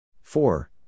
four